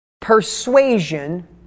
Persuasion